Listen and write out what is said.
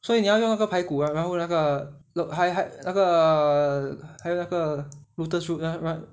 所以你要那个个排骨啊然后那个还还那个还有那个 lotus roots righ~ right